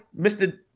Mr